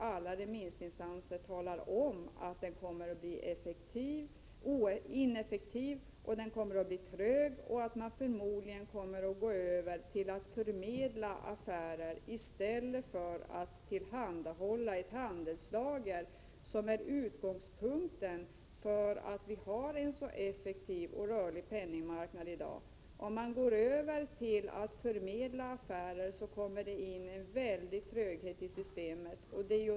Alla remissinstanser har ju sagt att marknaden skulle bli ineffektiv och trög och att man förmodligen skulle komma att gå över till att förmedla affärer i stället för att tillhandahålla ett handelslager — vilket ju är utgångspunkten för vår i dag så effektiva och rörliga penningmarknad. Om man går över till att förmedla affärer, kommer systemet att präglas av en stor tröghet.